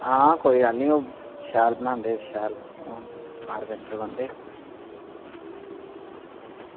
हां कोई गल्ल निं शैल बनांदे शैल होन कारपेंटर बंदे